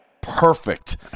perfect